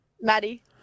Maddie